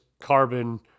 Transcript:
carbon